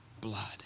blood